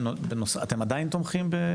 אתם עדיין תומכים?